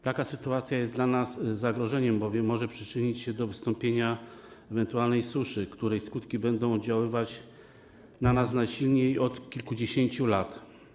Taka sytuacja jest dla nas zagrożeniem, bowiem może przyczynić się do wystąpienia ewentualnej suszy, której skutki będą oddziaływać na nas najsilniej od kilkudziesięciu lat.